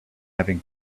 having